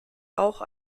auch